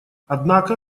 однако